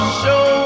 show